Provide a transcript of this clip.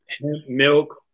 milk